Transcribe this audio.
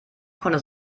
konnte